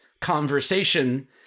conversation